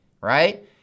right